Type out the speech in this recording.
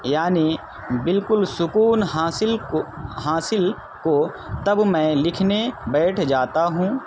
یعنی بالکل سکون حاصل حاصل کو تب میں لکھنے بیٹھ جاتا ہوں